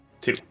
Two